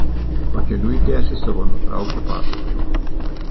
pakeliui tęsi savo nutrauktą pasakojimą